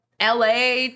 LA